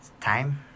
time